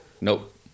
Nope